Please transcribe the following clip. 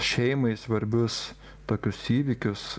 šeimai svarbius tokius įvykius